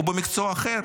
הוא במקצוע אחר.